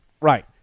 Right